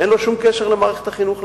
אין לו שום קשר למערכת החינוך,